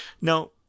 Now